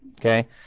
Okay